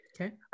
Okay